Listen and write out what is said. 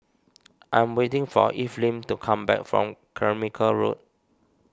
I am waiting for Evelyn to come back from Carmichael Road